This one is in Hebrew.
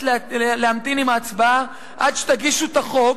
להמתין עם ההצבעה עד שתגישו את החוק?"